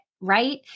right